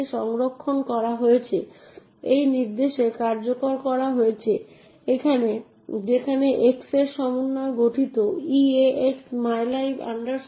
একই সময়ে একটি বিষয় একটি প্রক্রিয়া হতে পারে এবং আপনার কাছে সেই নির্দিষ্ট প্রক্রিয়াটির জন্য অ্যাক্সেস নিয়ন্ত্রণ ব্যবস্থা থাকতে পারে যে প্রক্রিয়াটি কোন ফাইলগুলি অ্যাক্সেস করতে পারে